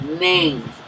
names